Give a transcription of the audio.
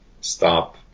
stop